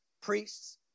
priests